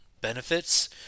benefits